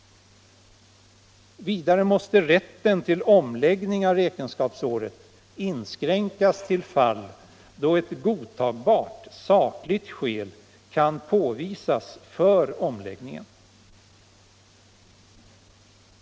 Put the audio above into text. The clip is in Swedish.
Vidare måste rätten till omläggning av räkenskapsåret inskränkas till fall då ett godtagbart sakligt skäl kan påvisas för omläggningen.